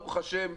ברוך השם,